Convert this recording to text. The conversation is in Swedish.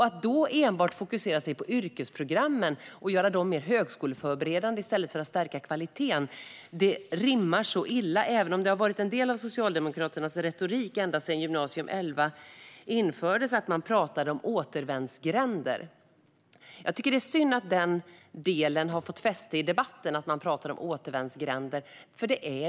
Att då enbart fokusera på yrkesprogrammen och göra dem mer högskoleförberedande i stället för att stärka kvaliteten rimmar illa, även om det har varit en del av Socialdemokraternas retorik ända sedan Gymnasium 11 infördes att tala om "återvändsgränder". Jag tycker att det är synd att talet om återvändsgränder har fått fäste i debatten, för det är inga återvändsgränder.